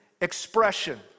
expression